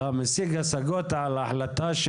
אתה משיג השגות על החלטה?